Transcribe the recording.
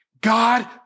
God